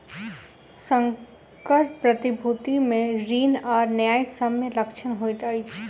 संकर प्रतिभूति मे ऋण आ न्यायसम्य लक्षण होइत अछि